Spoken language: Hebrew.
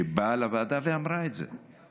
שבאה לוועדה ואמרה את זה,